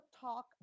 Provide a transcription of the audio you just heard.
talk